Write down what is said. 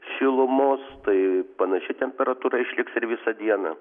šilumos tai panaši temperatūra išliks ir visą dieną